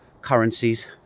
currencies